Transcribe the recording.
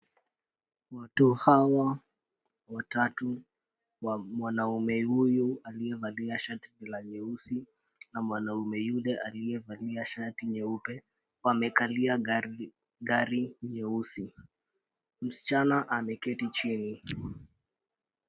Watu hawa watatu wa mwanamume huyu aliyevalia shati la nyeusi na mwanamume yule aliyevalia shati nyeupe wamekalia gari nyeusi, msichana ameketi chini.